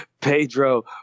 Pedro